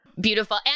Beautiful